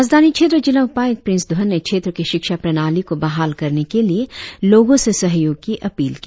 राजधानी क्षेत्र जिला उपायुक्त प्रिंस धवन ने क्षेत्र के शिक्षा प्रणाली को बहाल करने के लिए लोगों से सहयोग की अपील की